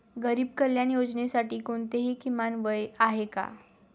गरीब कल्याण योजनेसाठी कोणतेही किमान वय आहे का?